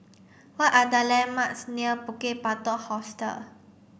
what are the landmarks near Bukit Batok Hostel